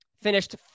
Finished